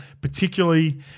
particularly